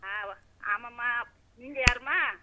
ஆ okay ஆமாம்மா நீங்கள் யாரும்மா